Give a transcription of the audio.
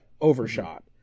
overshot